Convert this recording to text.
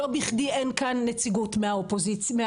לא בכדי אין כאן נציגות מהקואליציה,